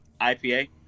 IPA